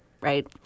right